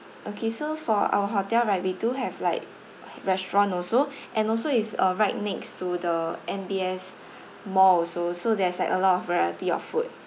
okay so for our hotel right we do have like restaurant also and also it's uh right next to the M_B_S mall also so there's like a lot of variety of food